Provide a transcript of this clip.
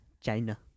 China